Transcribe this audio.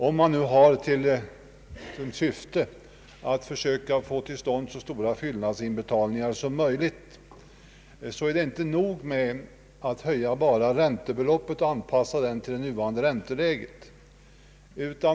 Om man nu har syftet att söka få till stånd så stora fyllnadsinbetalningar som möjligt, är det inte nog med att enbart höja räntesatsen och anpassa den till nuvarande ränteläge.